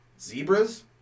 Zebras